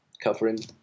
covering